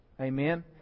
Amen